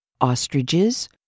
ostriches